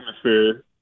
atmosphere